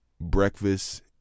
breakfast